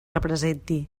representi